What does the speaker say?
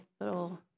little